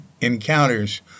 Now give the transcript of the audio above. encounters